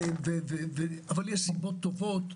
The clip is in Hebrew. אבל יש סיבות טובות,